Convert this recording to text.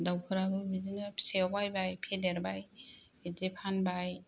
दाउफोराबो बिदिनो फिसायाव बायबाय फेदेरबाय बिदि फानबाय